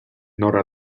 norra